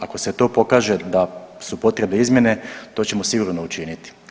Ako se to pokaže da su potrebne izmjene to ćemo sigurno učiniti.